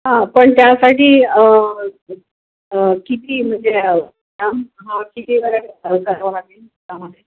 हां पण त्यासाठी किती म्हणजे किती वेळ करावं लागेल त्यामध्ये